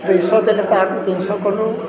ଦୁଇ ଶହ ଦେଲେେ ତାହାକୁ ତିନି ଶହ କରୁ